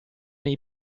nei